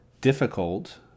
difficult